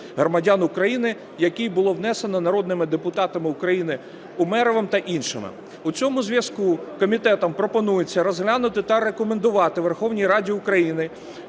громадян України, який було внесено народним депутатом Умєровим та іншими. В цьому зв'язку комітетом пропонується розглянути та рекомендувати Верховній Раді України